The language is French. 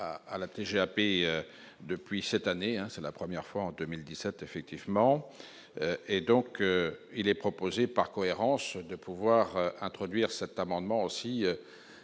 à la TGAP depuis cette année, hein, c'est la première fois en 2017 effectivement, et donc il est proposé par cohérence de pouvoir introduire cet amendement aussi